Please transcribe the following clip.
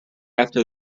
after